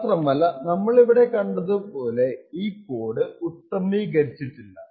മാത്രമല്ല നമ്മൾ ഇവിടെ കണ്ടതുപോലെ ഈ കോഡ് ഉത്തമീകരിച്ചിട്ടില്ല